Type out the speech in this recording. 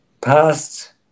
past